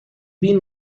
been